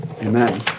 Amen